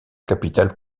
capitale